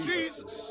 Jesus